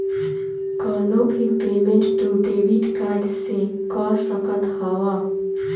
कवनो भी पेमेंट तू डेबिट कार्ड से कअ सकत हवअ